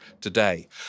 today